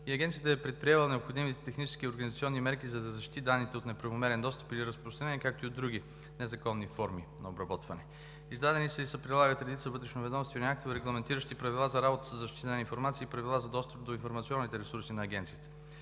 Агенцията е предприела необходимите технически и организационни мерки, за да защити данните от неправомерен достъп или разпространение, както и от други незаконни форми на обработване. Издадени са и се прилагат редица вътрешноведомствени актове, регламентиращи правила за работа със защитена информация и правила за достъп до информационните ресурси на Агенцията.